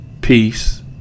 peace